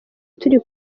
turi